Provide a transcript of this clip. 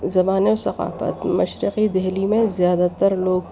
زبانیں ثقافات مشرقی دہلی میں زیادہ تر لوگ